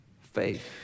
faith